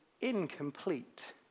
incomplete